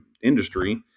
industry